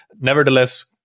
nevertheless